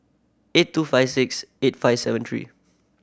eight two five six eight five seven three